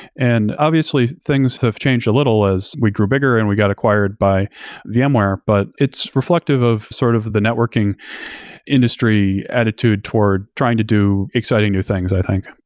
and obviously, things have changed a little as we grew bigger and we got acquired by vmware, but it's ref lective of sort of the networking industry attitude toward trying to do exciting new things, i think.